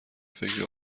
فکر